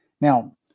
Now